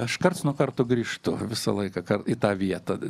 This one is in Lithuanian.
aš karts nuo karto grįžtu visą laiką į tą vietą